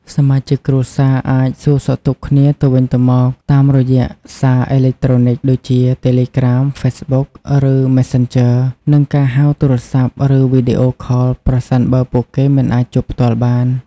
សមាជិកគ្រួសារអាចសួរសុខទុក្ខគ្នាទៅវិញទៅមកតាមរយៈសារអេឡិចត្រូនិចដូចជា តេឡេក្រាម, ហ្វេសប៊ុក ឬ ម៉េសសេនជឺ និងការហៅទូរស័ព្ទ ឬវីដេអូខលប្រសិនបើពួកគេមិនអាចជួបផ្ទាល់បាន។